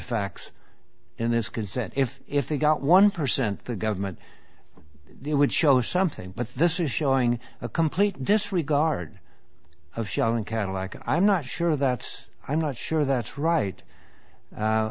facts in this consent if if they got one percent the government would show something but this is showing a complete disregard of showing cadillac i'm not sure that i'm not sure that's right